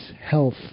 health